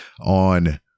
on